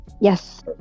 Yes